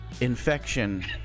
infection